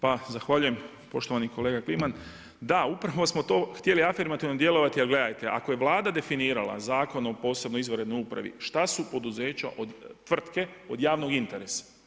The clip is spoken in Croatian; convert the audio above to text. Zahvaljujem poštovani kolega Klimian, da upravo smo to htjeli afirmativno djelovati, ali gledajte ako je Vlada definirala Zakon o posebnoj izvanrednoj upravi, šta su poduzeća, tvrtke od javnog interesa.